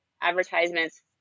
Advertisements